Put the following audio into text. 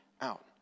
out